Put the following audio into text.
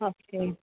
okay